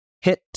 hit